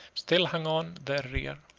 still hung on their rear,